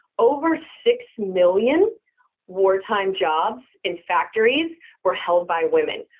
over six million war time jobs in factories were held by woman.